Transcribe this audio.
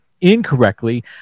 incorrectly